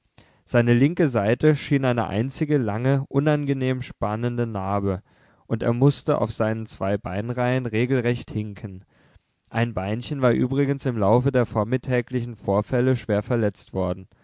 seine linke seite schien eine einzige lange unangenehm spannende narbe und er mußte auf seinen zwei beinreihen regelrecht hinken ein beinchen war übrigens im laufe der vormittägigen vorfalle schwer verletzt worden